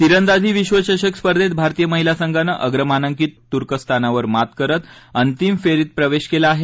तिरंदाजी विश्वचषक स्पर्धेत भारतीय महिला संघानं अग्रमानांकित तूर्कस्तानावर मात करत अंतिम फेरीत प्रवेश केला आहे